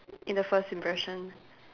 in the first impression